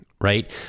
right